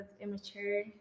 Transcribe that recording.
immature